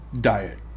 Diet